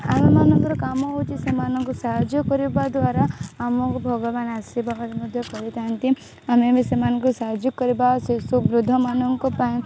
ଆମମାନଙ୍କର କାମ ହେଉଛି ସେମାନଙ୍କୁ ସାହାଯ୍ୟ କରିବା ଦ୍ୱାରା ଆମକୁ ଭଗବାନ ଆଶୀର୍ବାଦ ମଧ୍ୟ କରିଥାନ୍ତି ଆମେ ବି ସେମାନଙ୍କୁ ସାହାଯ୍ୟ କରିବା ଶିଶୁ ବୃଦ୍ଧ ମାନଙ୍କ ପାଇଁ